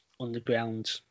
underground